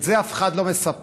את זה אף אחד לא מספר.